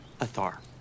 Athar